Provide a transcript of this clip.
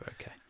Okay